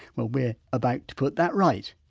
well we're about to put that right,